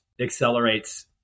accelerates